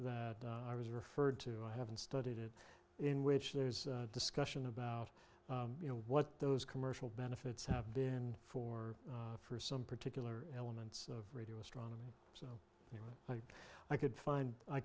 that i was referred to i haven't studied it in which there's discussion about you know what those commercial benefits have been for for some particular elements of radio astronomy you know like i could find i